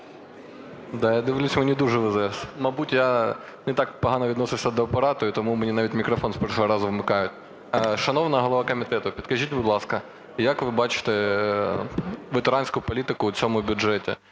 Я дивлюсь, мені дуже везе. Мабуть, я не так погано відносився до Апарату, і тому мені навіть мікрофон з першого разу вмикають. Шановна голова комітету, підкажіть, будь ласка, як ви бачите ветеранську політику у цьому бюджеті